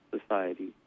society